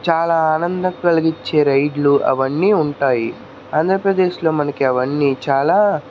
చాలా ఆనందం కలిగించే రైడ్లు అవన్నీ ఉంటాయి ఆంధ్రప్రదేశ్లో మనకి అవన్నీ చాలా